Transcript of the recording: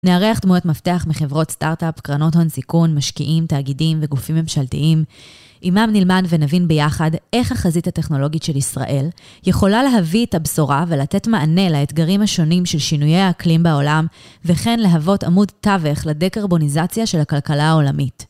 נארח דמויות מפתח מחברות סטארט-אפ, קרנות הון סיכון, משקיעים, תאגידים וגופים ממשלתיים. עמם נלמד ונבין ביחד איך החזית הטכנולוגית של ישראל יכולה להביא את הבשורה ולתת מענה לאתגרים השונים של שינויי האקלים בעולם וכן להוות עמוד תווך לדקרבוניזציה של הכלכלה העולמית.